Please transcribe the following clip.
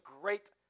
great